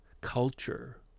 culture